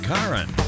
Karen